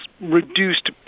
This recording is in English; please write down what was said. reduced